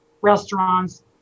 restaurants